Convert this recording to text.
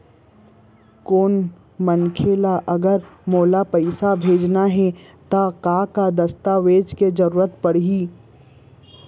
कोनो मनखे ला अगर मोला पइसा भेजना हे ता का का दस्तावेज के जरूरत परही??